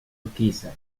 urquiza